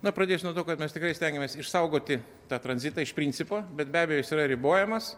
na pradėsiu nuo to kad mes tikrai stengiamės išsaugoti tą tranzitą iš principo bet be abejo jis yra ribojamas